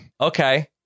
Okay